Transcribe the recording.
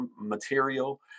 material